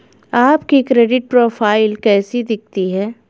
आपकी credit profile कैसी दिखती है?